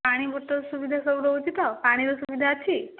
ପାଣି ବୋତଲ ସୁବିଧା ସବୁ ରହୁଛି ତ ପାଣିର ସୁବିଧା ଅଛି